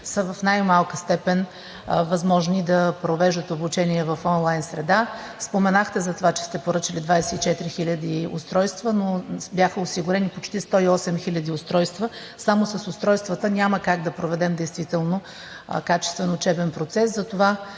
са в най-малка степен възможни да провеждат обучение в онлайн среда? Споменахте за това, че сте поръчали 24 хиляди устройства, но бяха осигурени почти 108 хиляди устройства. Само с устройствата няма как да проведем действително качествен учебен процес.